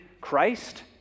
Christ